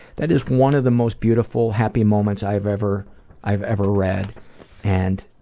that is one of the most beautiful happy moments i've ever i've ever read and